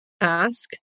ask